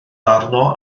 arno